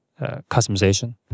customization